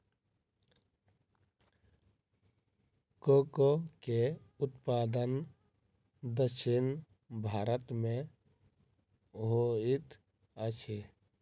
cocoa के उत्पादन दक्षिण भारत में होइत अछि